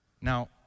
Now